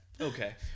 okay